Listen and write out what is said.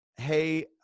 Hey